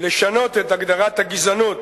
לשנות את הגדרת הגזענות